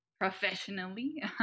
professionally